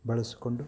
ಬಳಸಿಕೊಂಡು